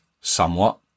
somewhat